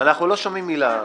לא בהיבטים המשפטיים,